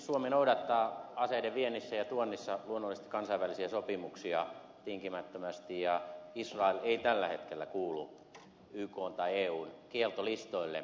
suomi noudattaa aseiden viennissä ja tuonnissa luonnollisesti kansainvälisiä sopimuksia tinkimättömästi ja israel ei tällä hetkellä kuulu ykn tai eun kieltolistoille